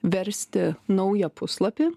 versti naują puslapį